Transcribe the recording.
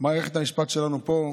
מערכת המשפט שלנו פה,